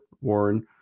warren